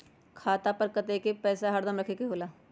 खाता पर कतेक पैसा हरदम रखखे के होला?